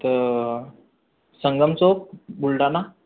तर संगम चौक बुलढाणा